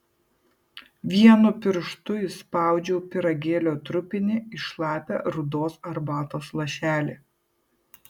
vienu pirštu įspaudžiau pyragėlio trupinį į šlapią rudos arbatos lašelį